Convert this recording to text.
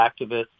activists